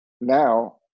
now